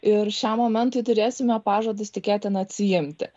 ir šiam momentui turėsime pažadus tikėtina atsiimti